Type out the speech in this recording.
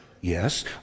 Yes